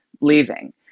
leaving